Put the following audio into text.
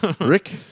Rick